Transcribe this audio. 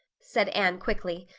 said anne quickly.